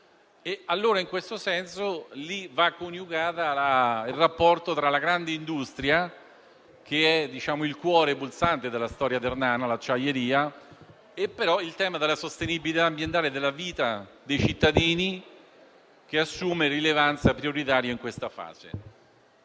In questo senso, lì va coniugato il rapporto tra la grande industria, che è il cuore pulsante della storia ternana, l'acciaieria, e il tema della sostenibilità ambientale e della vita dei cittadini, che assume rilevanza prioritaria in questa fase.